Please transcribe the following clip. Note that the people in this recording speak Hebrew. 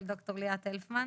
אל ד"ר ליאת הלפמן.